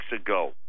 ago